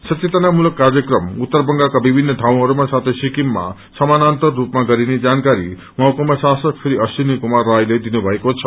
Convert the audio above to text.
सचेतना मूलक कार्यक्रम उत्तर बांगालका विभिन्न ठाउँहरूमा साथै सिक्किममा समानन्तररूपमा गरिने जानकारी महकुमा शासक श्री अश्वीनी कमार रायले दिनुमएको छ